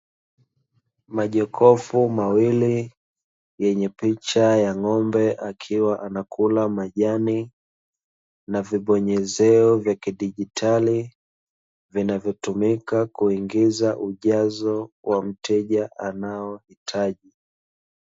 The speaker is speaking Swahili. Majokofu mawili yenye picha ua ng'ombe akiwa anakula majani na vibonyezeo vya kidigitali vinavyotumika kuingiza ujazo wa mteja anaohitaji.